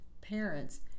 parents